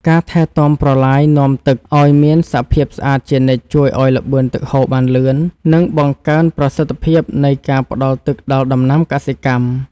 ការថែទាំប្រឡាយនាំទឹកឱ្យមានសភាពស្អាតជានិច្ចជួយឱ្យល្បឿនទឹកហូរបានលឿន និងបង្កើនប្រសិទ្ធភាពនៃការផ្តល់ទឹកដល់ដំណាំកសិកម្ម។